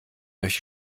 euch